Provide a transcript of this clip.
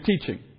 teaching